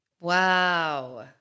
Wow